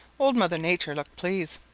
old mother nature looked pleased.